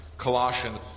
colossians